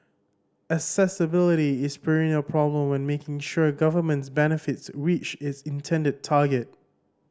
accessibility is a perennial problem when making sure governments benefits reach its intended target